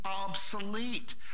obsolete